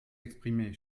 exprimer